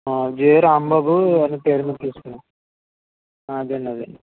జే రాంబాబు అనే పేరు మీద తీసుకున్నాను అదే అండి అదే